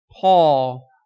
Paul